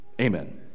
amen